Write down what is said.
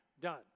done